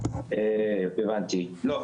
לא.